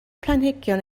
planhigion